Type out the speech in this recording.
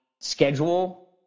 schedule